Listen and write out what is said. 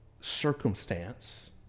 circumstance